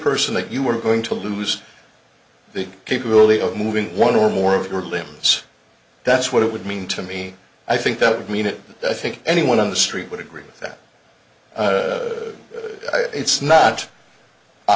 layperson that you were going to lose the capability of moving one or more of your limbs that's what it would mean to me i think that would mean it i think anyone on the street would agree with that it's not a